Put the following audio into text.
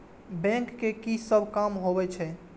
Bank के की सब काम होवे छे?